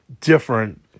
different